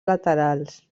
laterals